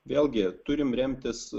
vėlgi turim remtis